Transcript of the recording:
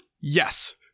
Yes